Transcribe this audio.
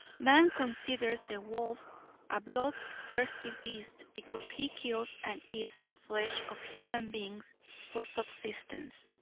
man considers the wolf a blood-thirsty beast because he kills and eats the flesh of human beings for subsistence.